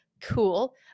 Cool